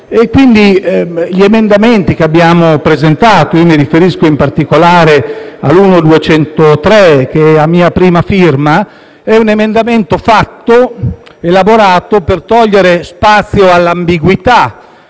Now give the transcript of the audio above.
quindi gli emendamenti che abbiamo presentato - mi riferisco in particolare all'1.203 che è a mia prima firma - sono stati elaborati per togliere spazio all'ambiguità